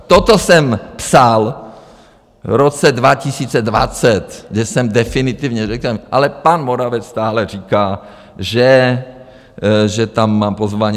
Toto jsem psal v roce 2020, kde jsem definitivně řekl, ale pan Moravec stále říká, že tam mám pozvání.